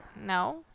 no